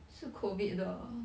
是 COVID 的 orh